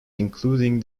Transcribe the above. including